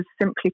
simply